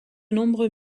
nombreux